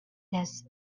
this